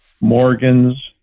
Morgans